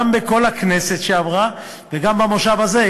גם בכל הכנסת שעברה, וגם במושב הזה.